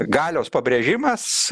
galios pabrėžimas